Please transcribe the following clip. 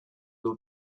will